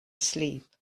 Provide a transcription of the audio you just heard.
sleep